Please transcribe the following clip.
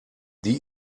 die